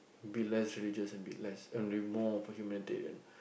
be less religious and be less and be more of a humanitarian